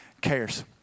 cares